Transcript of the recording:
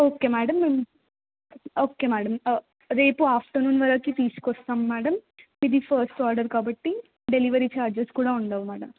okay madam మేము okay madam రేపు afternoon వరకు తీసుకొస్తాం మేడం ఇది ఫస్ట్ ఆర్డర్ కాబట్టి డెలివరీ ఛార్జెస్ కూడా ఉండవు మేడం